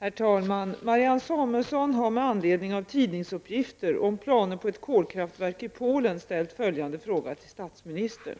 Herr talman! Marianne Samuelsson har med anledning av tidningsuppgifter om planer på ett kolkraftverk i Polen ställt följande fråga till statsministern: